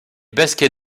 basket